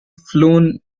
flown